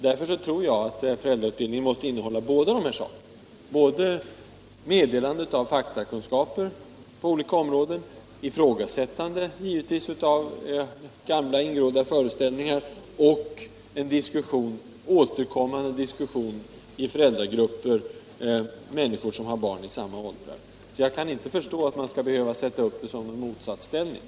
Därför tror jag att föräldrautbildningen måste innehålla både meddelande av faktakunskaper på olika områden, ifrågasättande av gamla ingrodda föreställningar och en återkommande diskussion i grupper av föräldrar med barn i samma åldrar.